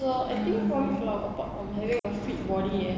so I think one kalau pot from having a fit body eh